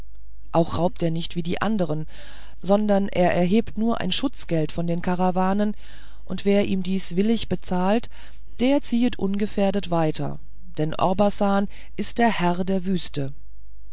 auch raubt er nicht wie andere sondern er erhebt nur ein schutzgeld von den karawanen und wer ihm dieses willig bezahlt der ziehet ungefährdet weiter denn orbasan ist der herr der wüste